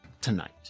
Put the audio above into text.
tonight